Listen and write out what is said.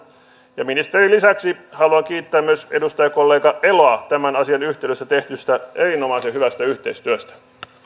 ja ministerin lisäksi haluan kiittää myös edustajakollega eloa tämän asian yhteydessä tehdystä erinomaisen hyvästä yhteistyöstä